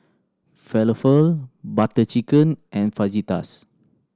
Falafel Butter Chicken and Fajitas